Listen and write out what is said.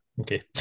okay